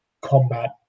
combat